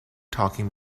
talking